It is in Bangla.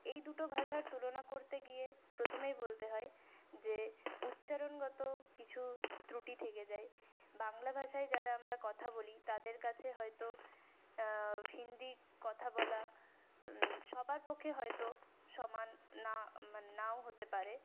এই দুটো ভাষার তুলনা করতে গিয়ে প্রথমেই বলতে হয় যে উচ্চারণগত কিছু ত্রুটি থেকে যায় বাংলা ভাষায় যারা আমরা কথা বলি তাদের কাছে হয়তো হিন্দি কথা বলা সবার পক্ষে হয়তো সমান না নাও হতে পারে